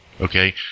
Okay